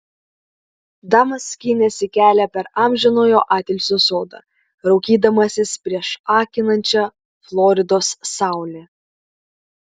damas skynėsi kelią per amžinojo atilsio sodą raukydamasis prieš akinančią floridos saulę